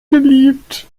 geliebt